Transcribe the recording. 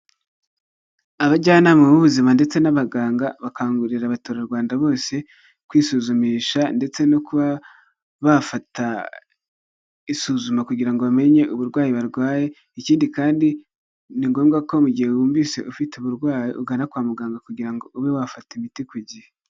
Abajyanama b'ubuzima ndetse n'abaganga bakangurira abaturarwanda bose kwisuzumisha ndetse no kuba bafata isuzuma kugira ngo bamenye uburwayi barwaye, ikindi kandi ni ngombwa ko mu gihe wumvise ufite uburwayi ugana kwa muganga kugira ngo ube wafata imiti ku gihe.